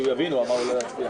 הישיבה ננעלה בשעה